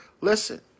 Listen